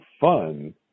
fun